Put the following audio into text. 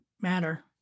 matter